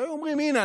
שהיו אומרים: הינה,